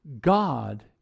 God